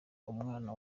umwana